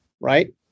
right